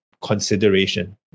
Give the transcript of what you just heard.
consideration